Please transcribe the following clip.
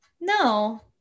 No